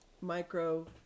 micro